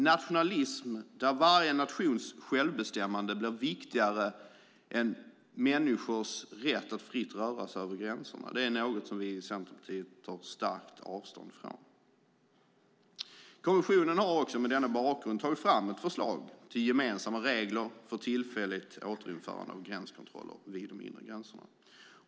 Nationalism där varje nations självbestämmande blir viktigare än människors rätt att fritt röra sig över gränserna är något som vi i Centerpartiet tar starkt avstånd ifrån. Kommissionen har också mot denna bakgrund tagit fram ett förslag till gemensamma regler för tillfälligt återinförande av gränskontroller vid de inre gränserna.